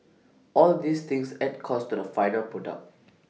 all these things add costs to the final product